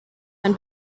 dann